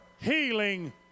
healing